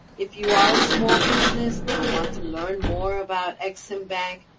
if you are a small business and want to learn more about ex-im bank,